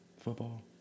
Football